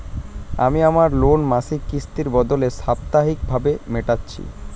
আমি আমার লোন মাসিক কিস্তির বদলে সাপ্তাহিক ভাবে মেটাচ্ছি